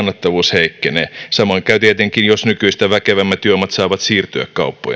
samoin käy tietenkin jos nykyistä väkevämmät juomat saavat siirtyä kauppojen hyllyille